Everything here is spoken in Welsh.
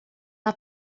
mae